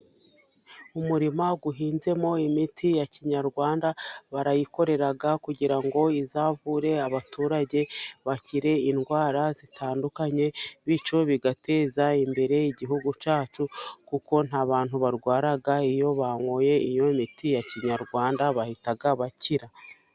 Umurima uhinzemo imiti ya kinyarwanda barayikorera, kugira ngo izavure abaturage bakire indwara zitandukanye, bityo bigateza imbere igihugu cyacu, kuko nta bantu barwara iyo banyoye iyo miti ya kinyarwanda bahita bakira.